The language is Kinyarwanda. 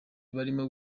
barimo